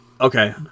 Okay